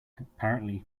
apparently